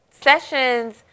Sessions